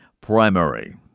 primary